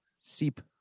Seep